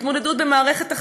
התמודדות במערכת החינוך,